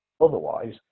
otherwise